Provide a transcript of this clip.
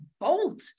bolt